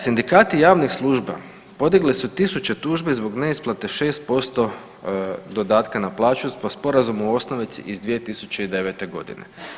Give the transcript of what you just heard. Naime, sindikati javnih služba podigli su tisuće tužbi zbog neisplate 6% dodatka na plaću po sporazumu osnovici iz 2009. godine.